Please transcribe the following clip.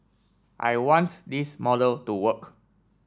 I want this model to work